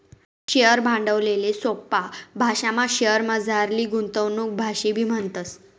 share भांडवलले सोपा भाशामा शेअरमझारली गुंतवणूक आशेबी म्हणतस